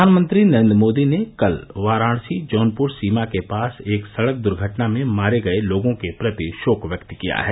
प्रधानमंत्री नरेंद्र मोदी ने कल वाराणसी जौनपुर सीमा के पास एक सडक दुर्घटना में मारे गए लोगों के प्रति शोक व्यक्त किया है